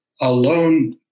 alone